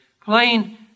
plain